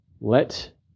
let